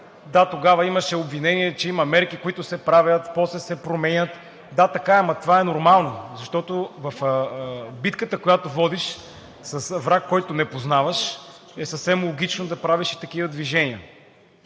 да, тогава имаше обвинения, че има мерки, които се правят, после се променят, да, така е, но това е нормално, защото в битката, която водиш, с враг, който не познаваш, е съвсем логично да правиш и такива движения.